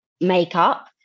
makeup